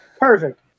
Perfect